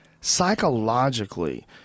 psychologically